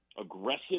Aggressive